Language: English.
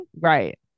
Right